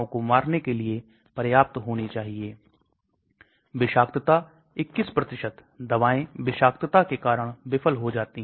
यह efflux transporter है इसलिए यह सभी membrane system मैं हो रहे हैं और यह प्रमुख प्रक्रिया है जिसके द्वारा यह चीजें होती हैं